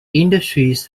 industries